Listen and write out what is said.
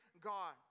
God